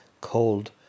cold